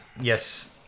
Yes